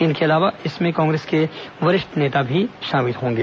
इसके अलावा इसमें कांग्रेस के वरिष्ठ नेता भी शामिल होंगे